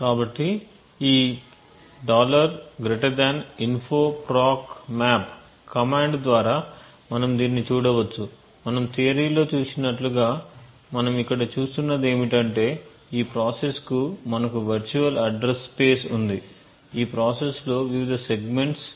కాబట్టి ఈ info proc map command ద్వారా మనం దీనిని చూడవచ్చు మరియు థియరీ లో చూసినట్లుగా మనం ఇక్కడ చూస్తున్నది ఏమిటంటే ఈ ప్రాసెస్ కు మనకు వర్చువల్ అడ్రస్ స్పేస్ ఉంది ఈ ప్రాసెస్ లో వివిధ సెగ్మెంట్స్